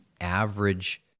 average